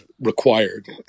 required